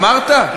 אמרת?